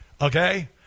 Okay